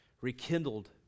rekindled